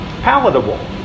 palatable